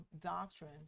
doctrine